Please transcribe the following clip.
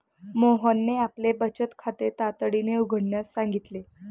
मोहनने आपले बचत खाते तातडीने उघडण्यास सांगितले